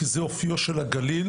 כי זה אופיו של הגליל,